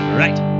right